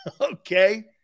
Okay